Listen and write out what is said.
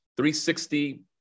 360